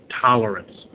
tolerance